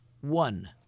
one